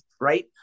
right